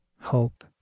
hope